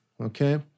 Okay